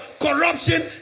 corruption